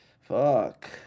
Fuck